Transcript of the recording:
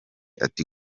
ati